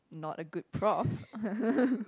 not a good Prof